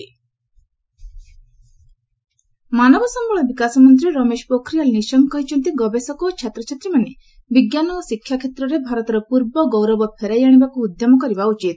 HRD minister IIT ମାନବ ସମ୍ଭଳ ବିକାଶ ମନ୍ତ୍ରୀ ରମେଶ ପୋଖରିଆଲ୍ ନିଶଙ୍କ କହିଛନ୍ତି ଗବେଷକ ଓ ଛାତ୍ରଛାତ୍ରୀମାନେ ବିଜ୍ଞାନ ଓ ଶିକ୍ଷା କ୍ଷେତ୍ରରେ ଭାରତର ପୂର୍ବଗୌରବ ଫେରାଇ ଆଣିବାକୁ ଉଦ୍ୟମ କରିବା ଉଚିତ